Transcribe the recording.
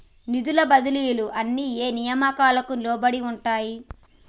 నిధుల బదిలీలు అన్ని ఏ నియామకానికి లోబడి ఉంటాయి?